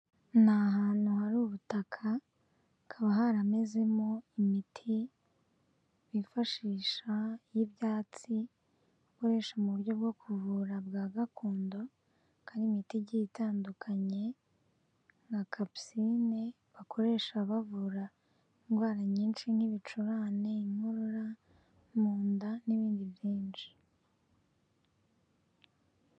Ni ahantu hari ubutaka, hakaba haramezemo imiti bifashisha y'ibyatsi ukoresha mu buryo bwo kuvura bwa gakondo, kandi n'imitigi itandukanye ,nka kapusine bakoresha bavura indwara nyinshi n'ibicurane inkorora mu nda n'ibindi byinshi